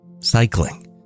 Cycling